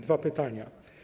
Dwa pytania.